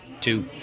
two